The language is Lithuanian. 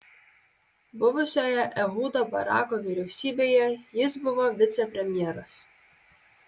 buvusioje ehudo barako vyriausybėje jis buvo vicepremjeras